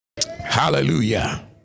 Hallelujah